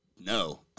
no